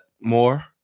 more